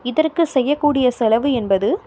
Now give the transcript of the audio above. இதற்கு செய்யக்கூடிய செலவு என்பது